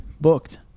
booked